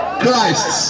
Christ